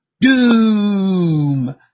Doom